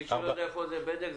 מי שלא יודע איפה זה בדק,